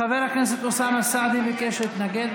חבר הכנסת אוסאמה סעדי ביקש להתנגד.